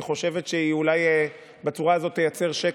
חושבת שהיא אולי בצורה הזאת תייצר שקט.